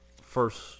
first